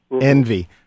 Envy